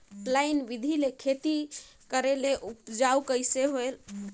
Line बिधी ले खेती करेले उपजाऊ कइसे होयल?